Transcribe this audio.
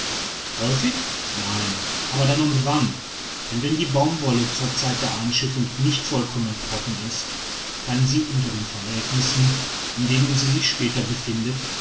häufig nein aber dann und wann denn wenn die baumwolle zur zeit der einschiffung nicht vollkommen trocken ist kann sie unter den verhältnissen in denen sie sich später befindet